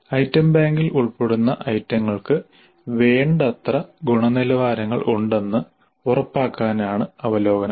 item ബാങ്കിൽ ഉൾപ്പെടുന്ന ഐറ്റങ്ങൾക്ക് വേണ്ടത്ര ഗുണനിലവാരങ്ങൾ ഉണ്ടെന്ന് ഉറപ്പാക്കാനാണ് അവലോകനം